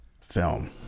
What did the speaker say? film